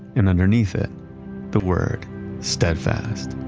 and underneath it the word steadfast.